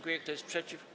Kto jest przeciw?